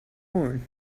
born